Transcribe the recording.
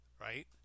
right